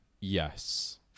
Yes